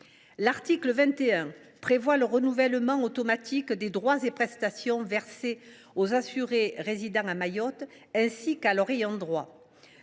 L’article 21 permet le renouvellement automatique des droits et prestations versés aux assurés résidant à Mayotte, ainsi qu’à leurs ayants droit.